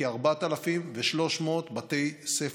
בכ-4,300 בתי ספר,